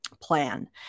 plan